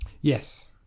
Yes